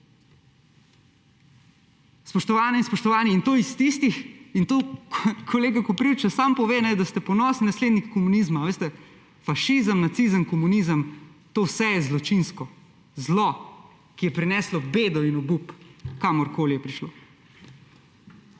Spoštovane in spoštovani, in kolega Koprivc še sam pove, da ste ponosni naslednik komunizma. Veste, fašizem, nacizem, komunizem, to je vse zločinsko. Zlo, ki je prineslo bedo in obup, kamorkoli je prišlo.